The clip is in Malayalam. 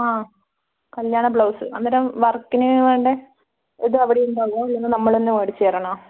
ആ കല്യാണ ബ്ലൗസ് അന്നേരം വര്ക്കിനു വേണ്ട ഇത് അവിടെ ഉണ്ടാവുമോ അല്ലേ നമ്മൾ തന്നെ മേടിച്ചുതരണോ